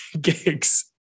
gigs